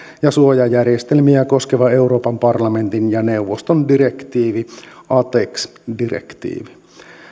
ja suojajärjestelmiä koskeva euroopan parlamentin ja neuvoston direktiivi atex direktiivi